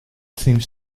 seems